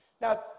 Now